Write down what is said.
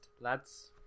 lads